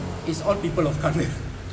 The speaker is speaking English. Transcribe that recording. it's all people of colour